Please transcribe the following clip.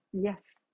yes